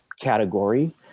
category